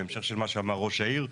בהמשך למה שאמר ראש העיר,